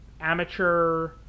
amateur